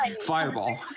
Fireball